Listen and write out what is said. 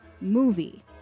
movie